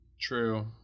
true